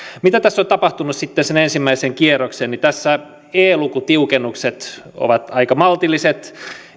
mitä tässä on tapahtunut sitten sen ensimmäisen kierroksen tässä e lukutiukennukset ovat aika maltilliset